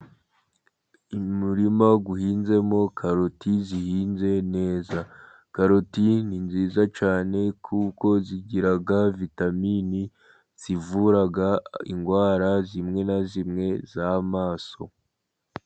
Umurima uhinzemo karoti zihinze neza, karoti ni nziza cyane kuko zigira vitaminini zivura indwara zimwe na zimwe z'amaso.